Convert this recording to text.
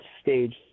stage